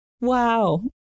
Wow